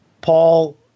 Paul